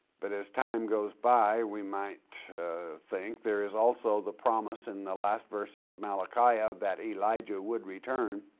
but as time goes by we might think there is also the promise in the last verses of malachi ah that elijah would return.